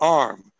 arm